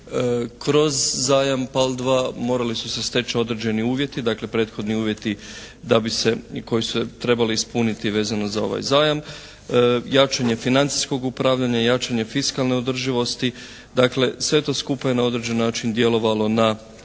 kroz zajam PAL2 morali su se steći određeni uvjeti dakle prethodni uvjeti da bi se i koji bi se trebali ispuniti vezano za ovaj zajam, jačanje financijskog upravljanja i jačanje fiskalne održivosti. Dakle sve to skupa je na određen način djelovalo na